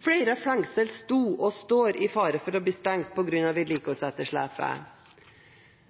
Flere fengsler sto, og står, i fare for å bli stengt på grunn av vedlikeholdsetterslepet.